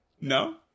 No